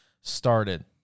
started